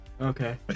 Okay